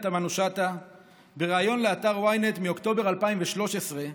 תמנו-שטה בריאיון לאתר ynet באוקטובר 2013,